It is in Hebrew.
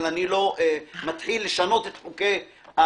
אבל אני לא מתחיל לשנות את חוקי העולם.